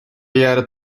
jaren